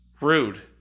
Rude